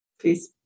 please